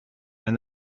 and